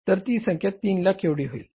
तर ती संख्या 300000 एवढी येईल